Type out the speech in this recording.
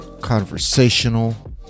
conversational